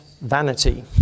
vanity